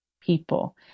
people